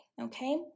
okay